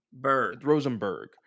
rosenberg